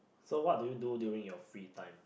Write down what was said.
so what do you do during your free time